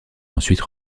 ensuite